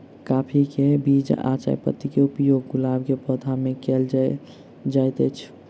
काफी केँ बीज आ चायपत्ती केँ उपयोग गुलाब केँ पौधा मे केल केल जाइत अछि?